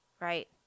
Right